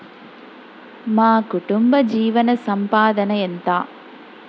మా కుటుంబ జీవన సంపాదన ఎంత?